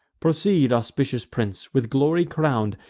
proceed, auspicious prince, with glory crown'd,